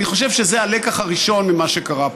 אני חושב שזה הלקח הראשון ממה שקרה פה.